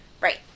Right